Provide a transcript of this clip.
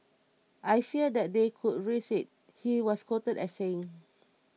I fear that they could risk it he was quoted as saying